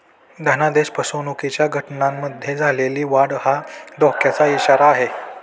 धनादेश फसवणुकीच्या घटनांमध्ये झालेली वाढ हा धोक्याचा इशारा आहे